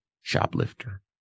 shoplifter